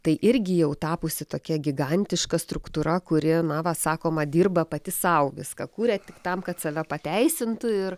tai irgi jau tapusi tokia gigantiška struktūra kuri na va sakoma dirba pati sau viską kuria tam kad save pateisint ir